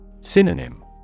Synonym